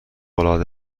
العاده